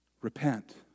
Repent